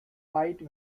fight